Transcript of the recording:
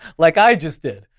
like i just did.